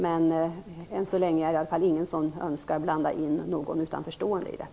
Men ännu är det ingen som önskar blanda in någon utanförstående i detta.